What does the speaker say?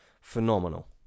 Phenomenal